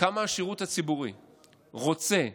כמה השירות הציבורי רוצה,